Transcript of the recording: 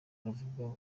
aravuga